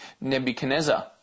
Nebuchadnezzar